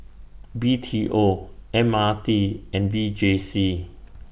B T O M R T and V J C